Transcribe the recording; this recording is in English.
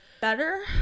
better